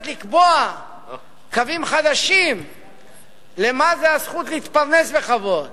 לקבוע קווים חדשים של מה זה הזכות להתפרנס בכבוד?